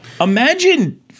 imagine